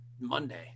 monday